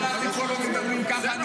פה לא מדברים ככה.